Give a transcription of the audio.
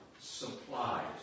supplies